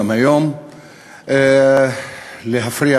גם היום,